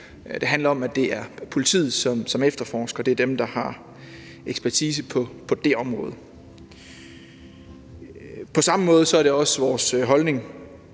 tradition for, at det er politiet, som efterforsker. Det er dem, der har ekspertise på det område. På samme måde er det også vores holdning,